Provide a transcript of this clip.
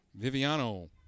Viviano